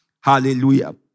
Hallelujah